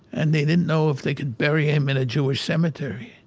and they didn't know if they could bury him in a jewish cemetery.